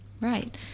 Right